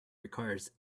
requires